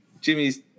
Jimmy's